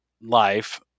life